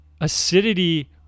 acidity